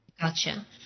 gotcha